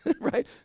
right